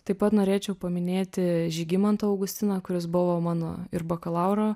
taip pat norėčiau paminėti žygimantą augustiną kuris buvo mano ir bakalauro